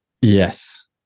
Yes